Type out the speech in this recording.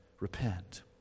repent